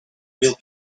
real